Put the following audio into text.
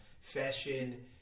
fashion